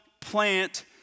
plant